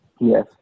Yes